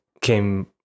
came